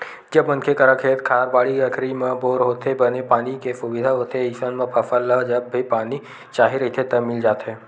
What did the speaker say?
जब मनखे करा खेत खार, बाड़ी बखरी म बोर होथे, बने पानी के सुबिधा होथे अइसन म फसल ल जब भी पानी चाही रहिथे त मिल जाथे